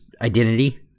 identity